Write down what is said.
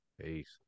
Peace